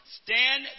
stand